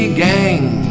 gang